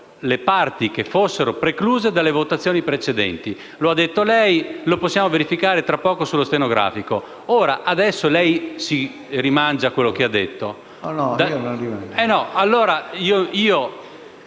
le parti che fossero risultate precluse dalle votazioni precedenti. Lo ha detto lei e lo possiamo verificare tra poco sul Resoconto stenografico. Adesso lei si rimangia quello che ha detto.